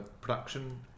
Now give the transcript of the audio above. production